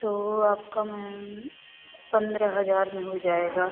तो आपका मैम पन्द्रह हज़ार में हो जाएगा